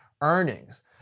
earnings